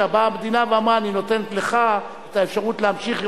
באה המדינה ואמרה: אני נותנת לך את האפשרות להמשיך.